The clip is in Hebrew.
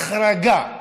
החרגה.